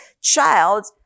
child